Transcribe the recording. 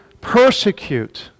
persecute